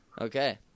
Okay